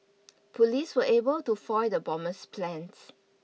police were able to foil the bomber's plans